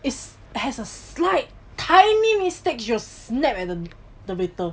if has a slight tiny mistake she will snap at the waiter